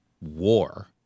war